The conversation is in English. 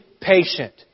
patient